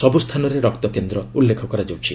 ସବୁସ୍ଥାନରେ ରକ୍ତକେନ୍ଦ୍ର ଉଲ୍ଲେଖ କରାଯାଇଛି